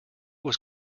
was